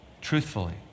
Truthfully